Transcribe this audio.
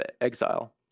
exile